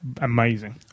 amazing